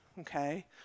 okay